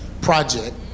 project